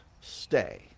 stay